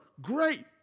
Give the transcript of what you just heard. Great